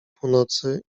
północy